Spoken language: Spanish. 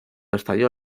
estalló